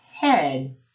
head